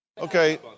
Okay